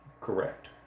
correct